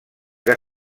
que